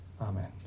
Amen